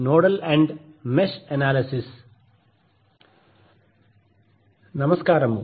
నమస్కారము